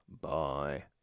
Bye